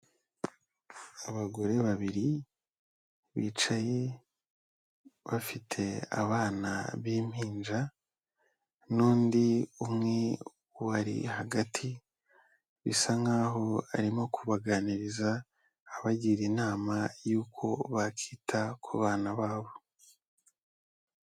Abagore babiri bicaye bafite abana b'impinja n'undi umwe ubari hagati bisa nk'aho arimo kubaganiriza abagira inama yuko bakita ku bana babo.